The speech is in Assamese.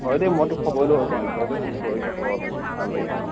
হয় দে মই তোৰ খবৰে ল'বই পৰা নাই তই যে ফোন কৰি থাক' আৰু ভাল লাগিছে